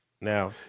Now